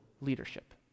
leadership